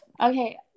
Okay